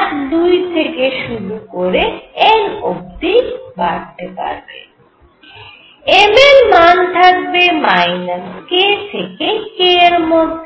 1 2 থেকে শুরু করে n অবধি বাড়তে পারবে m এর মান থাকবে k থেকে k এর মধ্যে